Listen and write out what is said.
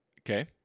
Okay